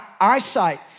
eyesight